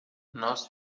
nós